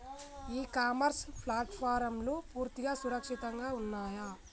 ఇ commerce ప్లాట్ఫారమ్లు పూర్తిగా సురక్షితంగా ఉన్నయా?